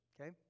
okay